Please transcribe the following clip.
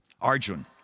Arjun